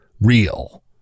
real